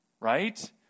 Right